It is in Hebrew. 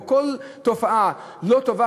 או כל תופעה לא טובה,